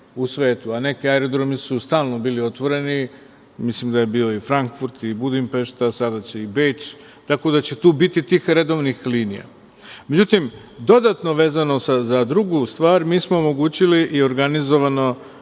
u svetu. Neki aerodromi su stalno bili otvoreni. Mislim da je bio Frankfurt, Budimpešta, a sada će i Beč, tako da će tu biti tih redovnih linija.Međutim, dodatno, vezano sad za drugu stvar, mi smo omogućili i organizovano